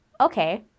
okay